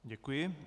Děkuji.